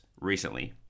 recently